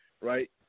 right